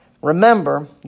Remember